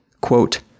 quote